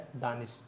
danish